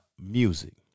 music